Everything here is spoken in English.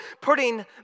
putting